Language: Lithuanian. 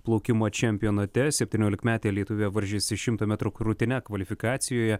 plaukimo čempionate septyniolikmetė lietuvė varžėsi šimto metrų krūtine kvalifikacijoje